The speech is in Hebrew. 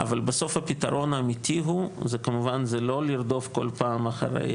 אבל בסוף הפתרון האמיתי הוא לא לרדוף כל פעם אחרי